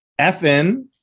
FN